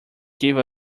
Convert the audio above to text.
gives